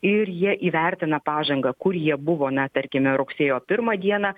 ir jie įvertina pažangą kur jie buvo na tarkime rugsėjo pirmą dieną